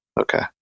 Okay